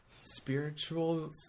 spiritual